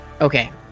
Okay